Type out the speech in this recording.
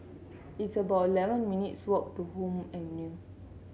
it's about eleven minutes' walk to Hume Avenue